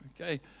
okay